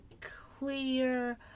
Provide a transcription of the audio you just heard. clear